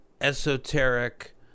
esoteric